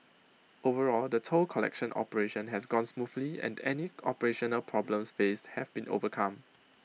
overall the toll collection operation has gone smoothly and any operational problems faced have been overcome